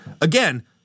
Again